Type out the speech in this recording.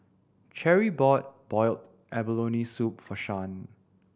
Cherie bought boiled abalone soup for Shan